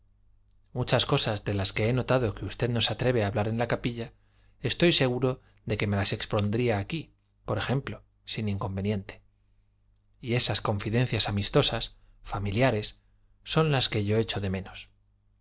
muchas cosas de las que he notado que usted no se atreve a hablar en la capilla estoy seguro de que me las expondría aquí por ejemplo sin inconveniente y esas confidencias amistosas familiares son las que yo echo de menos